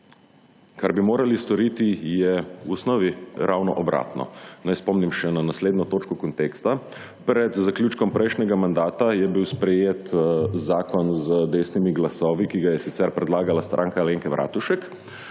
Kar bi morali storiti je v osnovi ravno obratno. Naj spomnim še na naslednjo točko konteksta. Pred zaključkom prejšnjega mandata je bil sprejet zakon z desnimi glasovi, ki ga je sicer predlagala stranka Alenke Bratušek,